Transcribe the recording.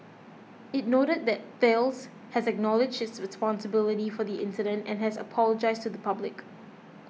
it noted that Thales has acknowledged its responsibility for the incident and has apologised to the public